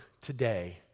today